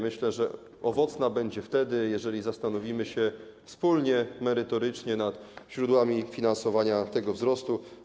Myślę, że owocna będzie ona wtedy, jeśli zastanowimy się wspólnie merytorycznie nad źródłami finansowania tego wzrostu.